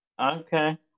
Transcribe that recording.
Okay